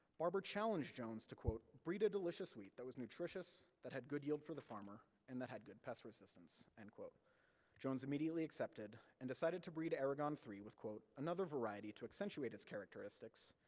barber challenged jones to, breed a delicious wheat that was nutritious, that had good yield for the farmer, and that had good pest resistance. and jones immediately accepted, and decided to breed aragon three with, another variety to accentuate its characteristics,